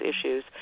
issues